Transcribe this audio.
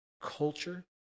culture